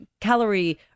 calorie